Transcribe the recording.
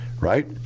right